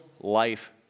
life